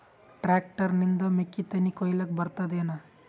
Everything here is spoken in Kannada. ಟ್ಟ್ರ್ಯಾಕ್ಟರ್ ನಿಂದ ಮೆಕ್ಕಿತೆನಿ ಕೊಯ್ಯಲಿಕ್ ಬರತದೆನ?